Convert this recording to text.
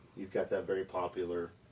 you've got that very popular,